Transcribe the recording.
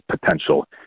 potential